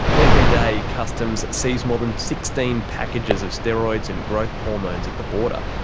every day, customs seize more than sixteen packages of steroids and growth hormones at the border.